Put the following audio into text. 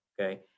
okay